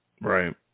Right